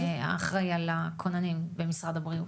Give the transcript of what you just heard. האחראי על הכוננים במשרד הבריאות.